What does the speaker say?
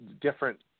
different